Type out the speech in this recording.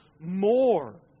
more